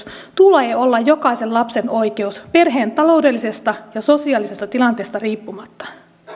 tulee olla jokaisen lapsen oikeus perheen taloudellisesta ja sosiaalisesta tilanteesta riippumatta